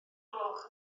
gloch